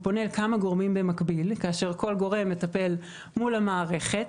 פונה לכמה גורמים במקביל כאשר כל גורם מטפל מול המערכת.